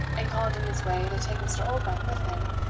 and called in his way to take mr. oldbuck with him,